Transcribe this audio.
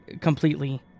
completely